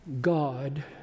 God